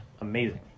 amazing